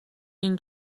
این